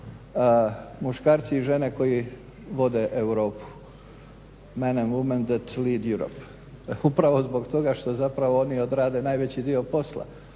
muškarci i žene koji vode Europu, man and women that lead Europ. Upravo zbog toga što zapravo oni odrade najveći dio posla.